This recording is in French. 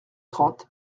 trente